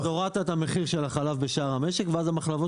אז הורדת את המחיר של החלב בשאר המשק ואז המחלבות